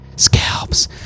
scalps